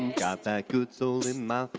got that good soul in my